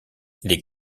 les